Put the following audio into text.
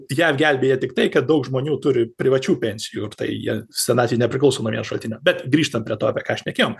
jav gelbėja tik tai kad daug žmonių turi privačių pensijų ir tai jie senatvei nepriklauso nuo vieno šaltinio bet grįžtant prie to apie ką šnekėjom